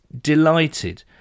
delighted